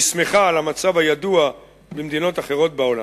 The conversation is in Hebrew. והיא נסמכה על המצב הידוע במדינות אחרות בעולם.